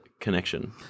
connection